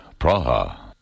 Praha